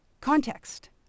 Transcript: Context